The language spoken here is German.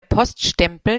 poststempel